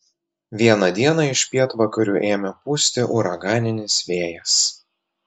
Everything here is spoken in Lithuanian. vieną dieną iš pietvakarių ėmė pūsti uraganinis vėjas